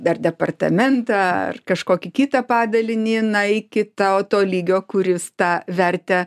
dar departamentą ar kažkokį kitą padalinį na į kitą to lygio kuris tą vertę